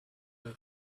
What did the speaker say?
that